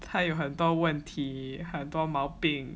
他有很多问题很多毛病